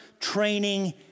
training